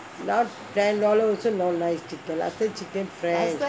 now ten dollar also not nice chicken lah last time chicken fresh